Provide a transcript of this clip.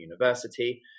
University